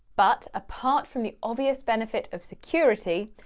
but apart from the obvious benefit of security,